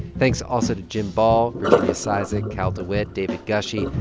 thanks also to jim ball, virginia cizik, cal dewitt, david gushee,